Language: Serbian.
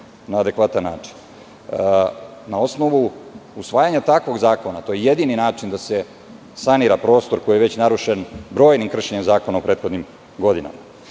na adekvatan način. Na osnovu usvajanja takvog zakona, to je jedini način da se sanira prostor koji je već narušen brojnim kršenjem zakona u prethodnim godinama.